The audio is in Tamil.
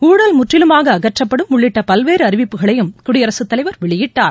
ஊழல் முற்றிலுமாக அகற்றப்படும் உள்ளிட்ட பல்வேறு அறிவிப்புகளையும் குடியரசுத் தலைவர் வெளியிட்டார்